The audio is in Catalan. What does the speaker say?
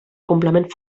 complement